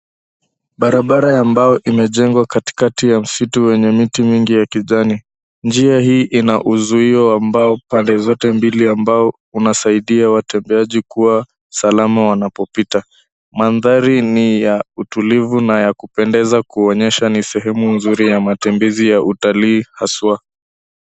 Barabara ya mbao imejengwa katikati ya mzitu enye miti mingi ya kijani, njia hii inausuio wa mbao pande zote mbili ambao unsaidia watembeaji kuwa salama wanapopita, maandari ni ya utulivu na ya kupendeza kuonyesha ni sehemu mzuri ya matembezi ya utali haswa.